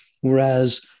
whereas